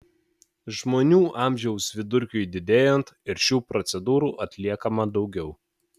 žmonių amžiaus vidurkiui didėjant ir šių procedūrų atliekama daugiau